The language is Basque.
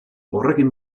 horrekin